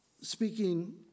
speaking